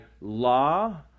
law